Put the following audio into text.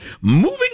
moving